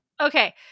Okay